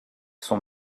son